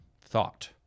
Thought